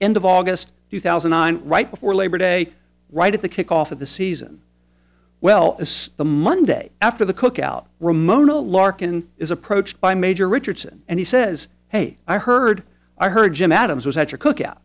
end of august two thousand and nine right before labor day right at the kickoff of the season well the monday after the cookout ramona larkin is approached by major richardson and he says hey i heard i heard jim adams was at a cookout